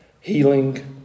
healing